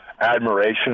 admiration